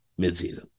midseason